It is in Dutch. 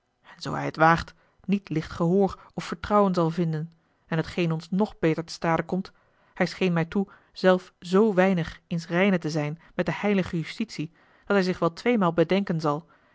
zoo hij het waagt niet licht gehoor of vertrouwen zal vinden en t geen ons nog beter te stade komt hij scheen mij toe zelf zoo weinig ins reine te zijn met de heilige justitie dat hij zich wel tweemaal bedenken zal